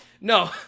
No